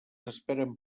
esperen